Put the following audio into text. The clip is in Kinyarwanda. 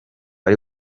ari